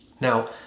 now